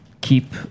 keep